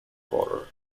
border